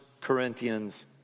Corinthians